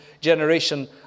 generation